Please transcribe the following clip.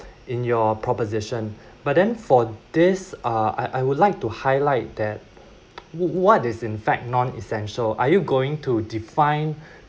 in your proposition but then for this uh I I would like to highlight that what is in fact non-essential are you going to define